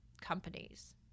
companies